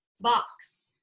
box